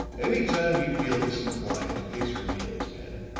any time you feel disinclined to face your meals, pen,